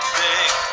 big